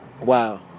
Wow